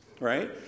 right